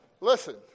Listen